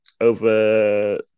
over